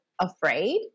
afraid